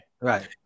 right